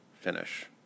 finish